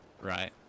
Right